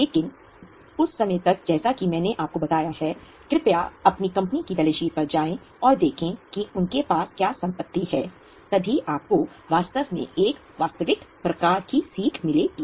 लेकिन उस समय तक जैसा कि मैंने आपको बताया है कि कृपया अपनी कंपनी की बैलेंस शीट पर जाएं और देखें कि उनके पास क्या संपत्ति है तभी आपको वास्तव में एक वास्तविक प्रकार की सीख मिलेगी